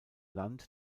land